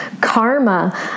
Karma